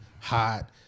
hot